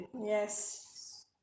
Yes